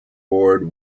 board